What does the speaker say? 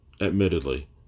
Admittedly